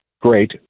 great